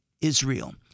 Israel